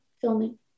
filming